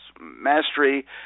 mastery